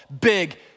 Big